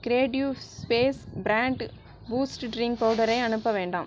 creative space brand Boost drink பவுடரை அனுப்ப வேண்டாம்